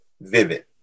vivid